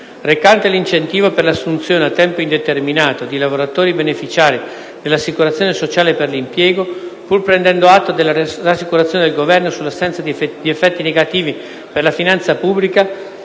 recante l’incentivo per l’assunzione a tempo indeterminato di lavoratori beneficiari dell’Assicurazione sociale per l’impiego (ASpI), pur prendendo atto delle rassicurazioni del Governo sull’assenza di effetti negativi per la finanza pubblica,